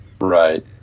Right